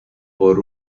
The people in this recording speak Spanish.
por